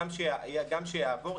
גם כשיעבור,